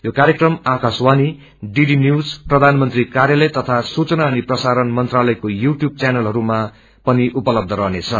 यो कार्यक्रम Akashvani DD news प्रधानमंत्री कार्यालय तीी सूचना अनि प्रसारण मंत्रालयको यूटयूब चैनलहयमा उपलब्ध रहनेछ